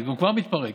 כי הוא כבר מתפרק,